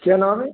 क्या नाम है